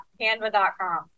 canva.com